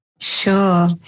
Sure